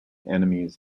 enemies